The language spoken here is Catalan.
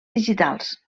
digitals